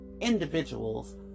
individuals